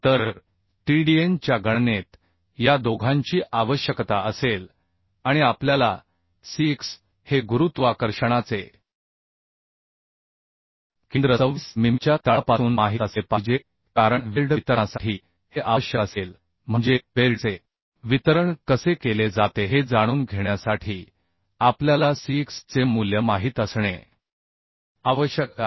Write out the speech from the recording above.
तर Tdn च्या गणनेत या दोघांची आवश्यकता असेल आणि आपल्याला Cx हे गुरुत्वाकर्षणाचे केंद्र 26 मिमीच्या तळापासून माहित असले पाहिजे कारण वेल्ड वितरणासाठी हे आवश्यक असेल म्हणजे वेल्डचे वितरण कसे केले जाते हे जाणून घेण्यासाठी आपल्याला Cx चे मूल्य माहित असणे आवश्यक आहे